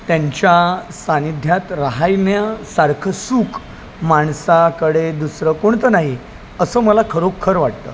त्यांच्या सान्निध्यात राहाण्यासारखं सूख माणसाकडे दुसरं कोणतं नाही असं मला खरोखर वाटतं